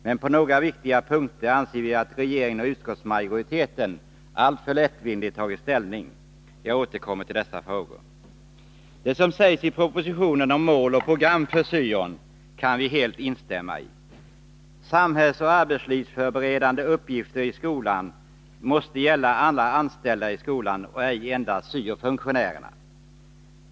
Men på några viktiga punkter anser vi att regeringen och utskottsmajoriteten alltför lättvindigt tagit ställning. Jag återkommer till dessa frågor. Det som sägs i propositionen om mål och program för syon kan vi helt Nr 53 instämma i. Samhällsoch arbetslivsförberedande uppgifter i skolan måste gälla alla anställda i skolan och ej endast syo-funktionärerna.